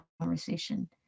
conversation